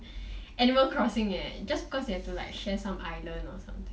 animal crossing eh just cause they have to like share some island or something